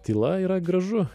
tyla yra gražu